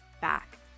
back